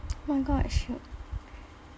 oh my god I should